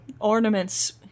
ornaments